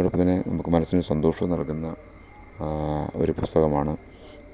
അതുപോലെ നമുക്ക് മനസ്സിന് ഒരു സന്തോഷം നൽകുന്ന ഒരു പുസ്തകമാണ്